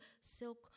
silk